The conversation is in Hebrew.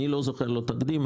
אני לא זוכר תקדים כזה.